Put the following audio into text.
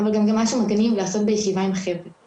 אבל גם כמשהו מגניב לעשות בישיבה עם החבר'ה